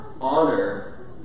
honor